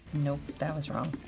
you know that was wrong.